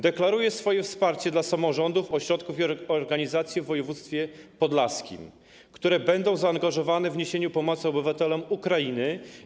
Deklaruję swoje wsparcie dla samorządów, ośrodków i organizacji w województwie podlaskim, które będą zaangażowane w niesienie pomocy obywatelom Ukrainy.